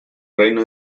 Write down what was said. reino